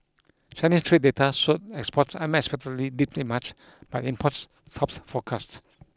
Chinese trade data showed exports unexpectedly dipped in March but imports topped forecasts